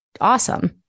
awesome